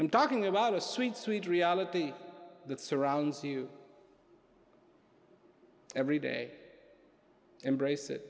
i'm talking about a sweet sweet reality that surrounds you every day embrace it